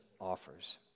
offers